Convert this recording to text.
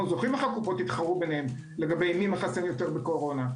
אנחנו זוכרים איך הקופות התחרו ביניהן לגבי מי מחסן יותר בקורונה.